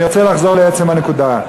אני רוצה לחזור לעצם הנקודה.